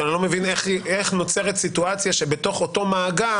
כי אני לא מבין איך נוצרת סיטואציה שבתוך אותו מאגר